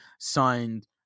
signed